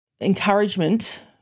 encouragement